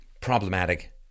problematic